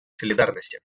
солидарности